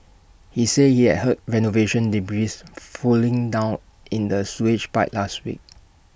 he said he had heard renovation debris flowing down in the sewage pipe last week